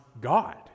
God